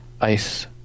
ICE